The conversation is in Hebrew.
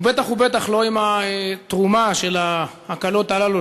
ובטח ובטח לא עם התרומה של ההקלות הללו,